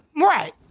Right